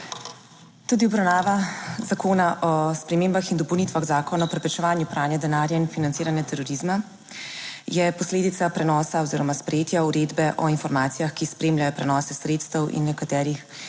Tudi obravnava Zakona o spremembah in dopolnitvah Zakona o preprečevanju pranja denarja in financiranja terorizma je posledica prenosa oziroma sprejetja uredbe o informacijah, ki spremljajo prenose sredstev in nekaterih